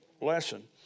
lesson